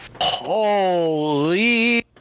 holy